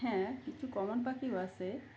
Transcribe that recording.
হ্যাঁ কিছু কমণ পাখিও আছে